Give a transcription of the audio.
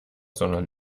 sondern